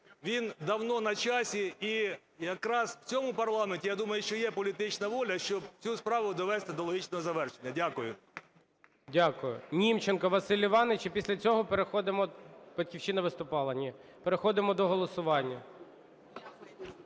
Він давно на часі. І якраз в цьому парламенті, я думаю, що є політична воля, щоб цю справу довести до логічного завершення. Дякую. ГОЛОВУЮЧИЙ. Дякую. Німченко Василь Іванович. І після цього переходимо… "Батьківщина"